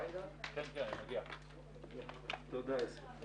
הנכה צריך